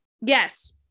yes